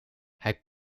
hij